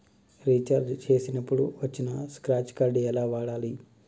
Recharge చేసినప్పుడు వచ్చిన scratch card ఎలా వాడాలి?